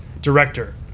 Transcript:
Director